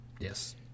Yes